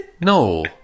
No